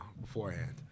Beforehand